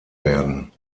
werden